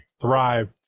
thrive